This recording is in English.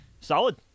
Solid